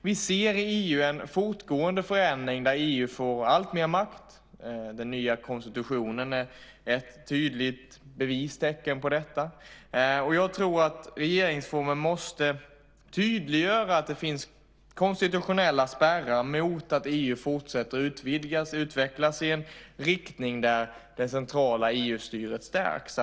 Vi ser i EU en fortgående förändring, där EU får alltmer makt. Den nya konstitutionen är ett tydligt tecken på detta. Jag tror att regeringsformen måste tydliggöra att det finns konstitutionella spärrar mot att EU fortsätter utvecklas i en riktning där det centrala EU-styret stärks.